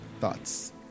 Thoughts